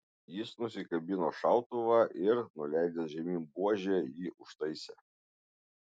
jis nusikabino šautuvą ir nuleidęs žemyn buožę jį užtaisė